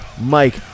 Mike